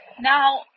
Now